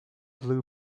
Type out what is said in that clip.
blue